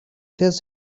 desert